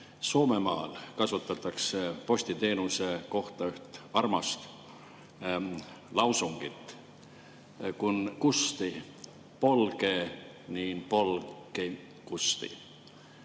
Soomemaal kasutatakse postiteenuse kohta üht armast lausungit "Kun Kusti polkee, niin [posti